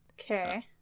Okay